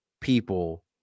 people